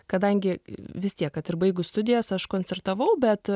kadangi vis tiek kad ir baigus studijas aš koncertavau bet